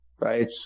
right